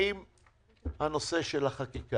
האם אתם שלמים עם הצעת החוק,